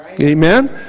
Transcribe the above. Amen